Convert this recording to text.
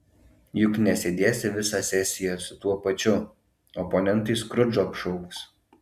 juk nesėdėsi visą sesiją su tuo pačiu oponentai skrudžu apšauks